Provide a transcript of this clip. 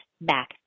back